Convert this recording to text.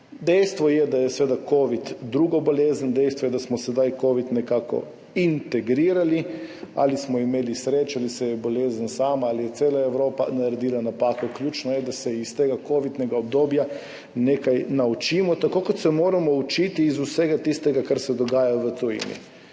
Dejstvo je, da je seveda covid druga bolezen, dejstvo je, da smo sedaj covid nekako integrirali. Ali smo imeli srečo ali se je bolezen sama ali je cela Evropa naredila napako, ključno je, da se iz tega kovidnega obdobja nekaj naučimo, tako kot se moramo učiti iz vsega tistega, kar se dogaja v tujini.